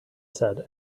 said